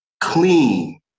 clean